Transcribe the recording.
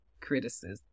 criticism